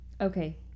Okay